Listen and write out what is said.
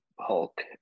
Hulk